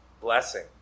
blessing